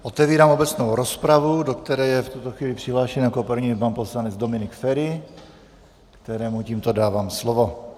Otevírám obecnou rozpravu, do které je v tuto chvíli přihlášen jako první pan poslanec Dominik Feri, kterému tímto dávám slovo.